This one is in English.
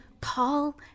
Paul